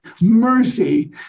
mercy